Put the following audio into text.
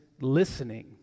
listening